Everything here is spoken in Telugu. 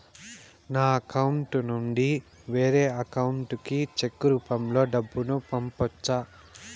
నా అకౌంట్ నుండి వేరే అకౌంట్ కి చెక్కు రూపం లో డబ్బును పంపొచ్చా?